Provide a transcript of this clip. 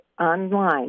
online